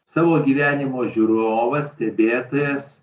savo gyvenimo žiūrovas stebėtojas